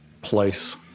place